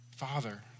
Father